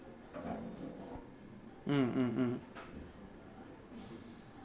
mm mm mm